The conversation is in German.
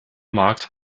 markt